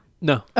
no